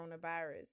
coronavirus